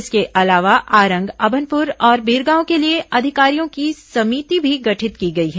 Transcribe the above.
इसके अलावा आरंग अभनपुर और बिरंगाव के लिए अधिकारियों की समिति भी गठित की गई है